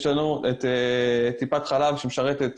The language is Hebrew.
יש לנו טיפת חלב שמשרתת